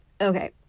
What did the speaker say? Okay